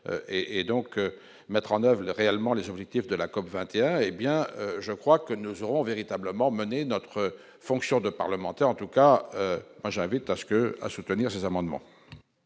et donc mettre en oeuvre réellement les objectifs de la COP 21, hé bien je crois que nous aurons véritablement mener notre fonction de parlementaire en tout cas moi j'invite à ce que, à soutenir ces amendements.